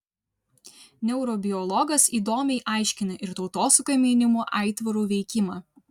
neurobiologas įdomiai aiškina ir tautosakoje minimų aitvarų veikimą